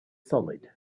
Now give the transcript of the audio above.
solid